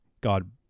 God